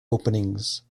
openings